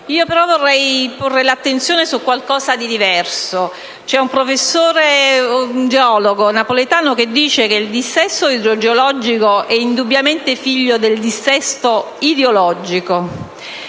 Io però vorrei porre l'attenzione su qualcosa di diverso. C'è un professore, un geologo napoletano, che dice che il dissesto idrogeologico è indubbiamente figlio del dissesto ideologico: